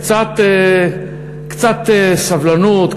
קצת סבלנות,